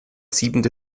siebente